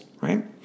right